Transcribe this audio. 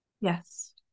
yes